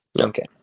Okay